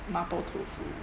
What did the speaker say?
mapo tofu